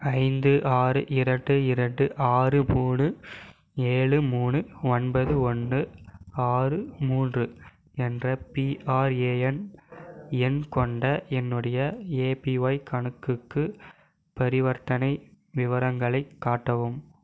ஐந்து ஆறு இரண்டு இரண்டு ஆறு மூணு ஏழு மூணு ஒன்பது ஒன்று ஆறு மூன்று என்ற பிஆர்எஎன் எண் கொண்ட என்னுடைய ஏபிஒய் கணக்குக்கு பரிவர்த்தனை விவரங்களைக் காட்டவும்